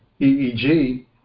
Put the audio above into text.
EEG